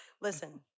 Listen